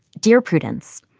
dear prudence.